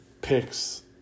picks